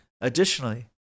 Additionally